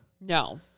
No